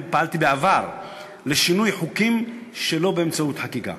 פעלתי בעבר לשינוי חוקים שלא באמצעות חקיקה.